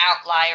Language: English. outlier